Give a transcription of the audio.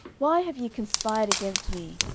why have ye conspired against me,